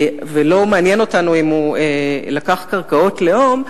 ולא מעניין אותנו אם הוא לקח קרקעות לאום,